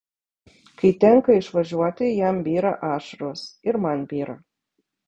kai tenka išvažiuoti jam byra ašaros ir man byra